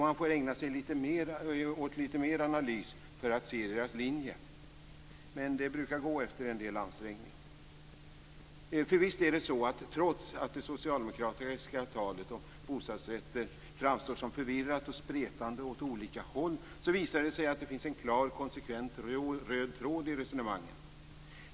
Man får ägna sig åt lite mer analys för att se deras linjer, men det brukar gå efter en del ansträngning. Trots att det socialdemokratiska talet om bostadsrätter framstår som förvirrat och spretande åt olika håll visar det sig att det finns en klar och konsekvent röd tråd i resonemanget.